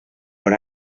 bon